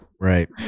right